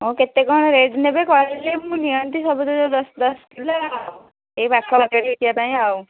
ଆଉ କେତେ କ'ଣ ରେଟ୍ ନେବେ କହିଲେ ମୁଁ ନିଅନ୍ତି ସବୁଦିନ ଦଶ ଦଶ କିଲୋ ଏଇ ପାଖା ପାଖି ବିକିବା ପାଇଁ ଆଉ